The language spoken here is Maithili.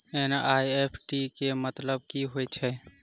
एन.ई.एफ.टी केँ मतलब की होइत अछि?